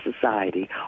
society